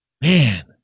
man